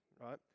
right